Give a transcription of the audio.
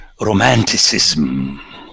Romanticism